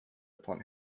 upon